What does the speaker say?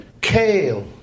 kale